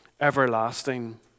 everlasting